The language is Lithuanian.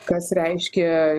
kas reiškia